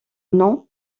nom